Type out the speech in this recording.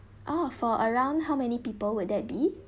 oh for around how many people would that be